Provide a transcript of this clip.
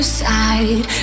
side